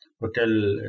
hotel